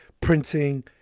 printing